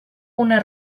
una